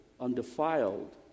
undefiled